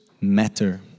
matter